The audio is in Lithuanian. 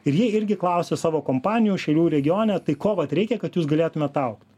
ir jie irgi klausė savo kompanijų šiaulių regione tai ko vat reikia kad jūs galėtumėt augt